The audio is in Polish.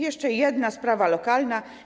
Jeszcze jedna sprawa lokalna.